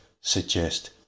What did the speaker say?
suggest